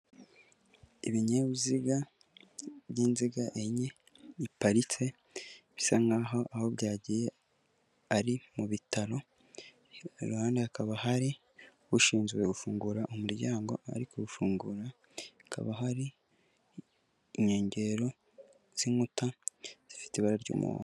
Ibinyabiziga by'inziga enye biparitse bisa nkaho aho byagiye ari mu bitaro iruhande hakaba hari ushinzwe gufungura umuryango arikuwufungura hakaba hari inkengero z'inkuta zifite ibara ry'umuhondo.